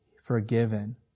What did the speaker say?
forgiven